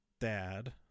dad